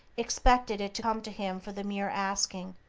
expected it to come to him for the mere asking.